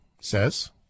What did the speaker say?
says